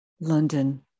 London